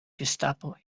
gestapo